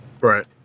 right